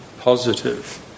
positive